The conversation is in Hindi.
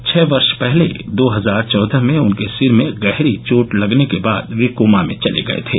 छह वर्ष पहले दो हजार चौदह में उनके सिर में गहरी चोट लगने के बाद वे कोमा में चले गए थे